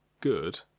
good